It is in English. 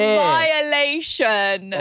violation